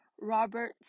Robert